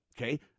Okay